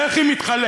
איך היא מתחלקת?